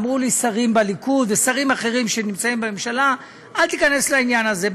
אמרו לי שרים בליכוד ושרים אחרים שנמצאים בממשלה: אל תיכנס לעניין הזה.